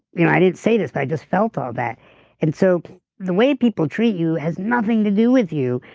you know i didn't say this but i just felt all that and so the way people treat you has nothing to do with you,